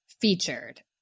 featured